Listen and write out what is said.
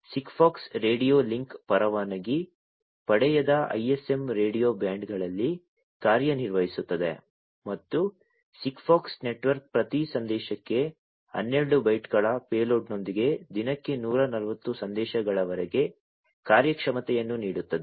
SIGFOX radio link ಪರವಾನಗಿ ಪಡೆಯದ ISM radio ಬ್ಯಾಂಡ್ಗಳಲ್ಲಿ ಕಾರ್ಯನಿರ್ವಹಿಸುತ್ತದೆ ಮತ್ತು SIGFOX ನೆಟ್ವರ್ಕ್ ಪ್ರತಿ ಸಂದೇಶಕ್ಕೆ 12 ಬೈಟ್ಗಳ ಪೇಲೋಡ್ನೊಂದಿಗೆ ದಿನಕ್ಕೆ 140 ಸಂದೇಶಗಳವರೆಗೆ ಕಾರ್ಯಕ್ಷಮತೆಯನ್ನು ನೀಡುತ್ತದೆ